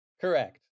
Correct